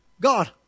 God